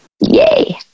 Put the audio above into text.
Yay